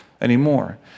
anymore